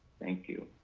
thank you.